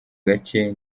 gake